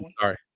sorry